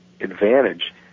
advantage